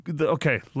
okay